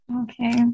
Okay